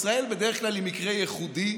ישראל בדרך כלל היא מקרה ייחודי,